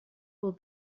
will